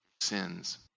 sins